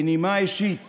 בנימה אישית